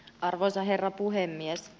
arvoisa herra puhemies